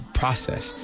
process